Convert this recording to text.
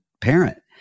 parent